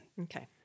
Okay